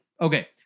Okay